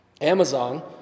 Amazon